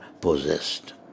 possessed